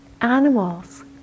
animals